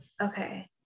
Okay